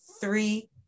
three